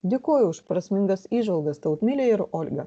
dėkoju už prasmingas įžvalgas tautmile ir olga